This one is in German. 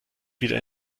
wieder